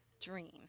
dream